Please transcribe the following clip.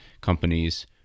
companies